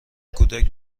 کودک